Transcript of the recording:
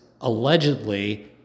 allegedly